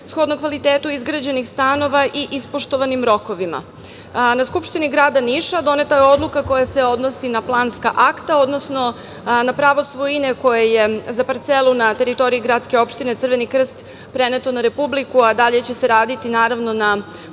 shodno kvalitetu izgrađenih stanova i ispoštovanim rokovima. Na Skupštini grada Niša doneta je odluka koja se odnosi na planska akta, odnosno na pravo svojine koje je za parcelu na teritoriji gradske opštine Crveni krst preneto na Republiku, a dalje će se raditi naravno na